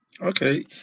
Okay